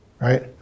right